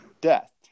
Death